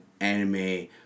anime